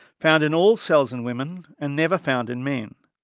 found in all cells in women and never found in men.